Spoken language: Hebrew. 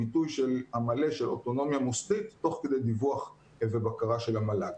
הביטוי המלא של אוטונומיה מוסדית תוך כדי דיווח ובקרה של המל"ג.